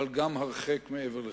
אבל גם הרחק מעבר לכך.